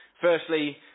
firstly